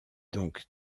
donc